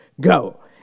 go